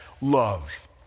love